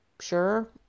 Sure